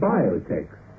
Biotech